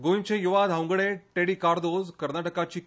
गोंयचे यवा धांवगडे टेडी कार्दोझ कर्नाटकाची के